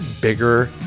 bigger